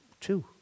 two